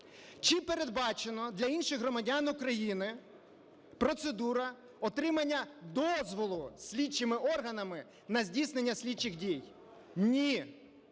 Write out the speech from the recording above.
Чи передбачено для інших громадян України процедура отримання дозволу слідчими органами на здійснення слідчих дій? Ні.